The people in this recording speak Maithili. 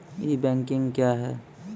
ई बैंकिंग क्या हैं?